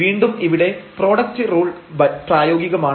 വീണ്ടും ഇവിടെ product rule പ്രായോഗികമാണ്